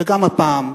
וגם הפעם.